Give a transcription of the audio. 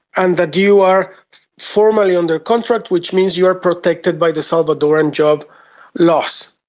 and that you are formally under contract which means you are protected by the salvadorian job loss.